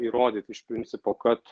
įrodyti iš principo kad